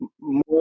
More